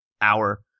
hour